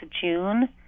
June